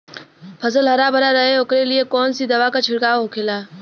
फसल हरा भरा रहे वोकरे लिए कौन सी दवा का छिड़काव होखेला?